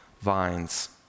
vines